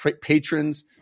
patrons